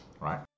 Right